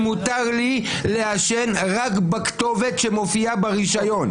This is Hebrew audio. שמותר לי לעשן רק בכתובת שמופיעה ברישיון.